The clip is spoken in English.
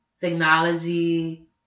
technology